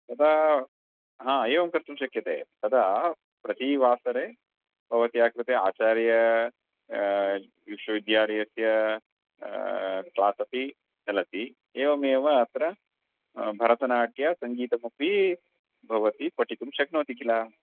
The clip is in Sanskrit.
तदा हा एवं कर्तुं शक्यते तदा प्रति वासरे भवत्याः कृते आचार्य विश्वविद्यालयस्य क्लास् अपि चलति एवमेव अत्र भरतनाट्यसङ्गीतमपि भवती पठितुं शक्नोति किल